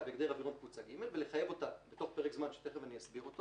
בהגדר אווירון קבוצה ג' ולחייב אותה בתוך פרק זמן שתכף אסביר אותו